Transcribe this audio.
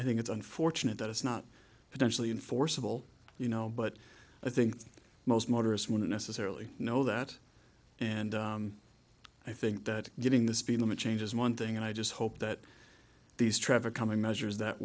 i think it's unfortunate that it's not potentially enforceable you know but i think most motorists want to necessarily know that and i think that getting the speed limit change is one thing and i just hope that these traffic calming measures that